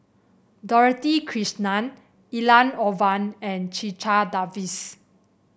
Dorothy Krishnan Elangovan and Checha Davies